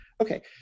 Okay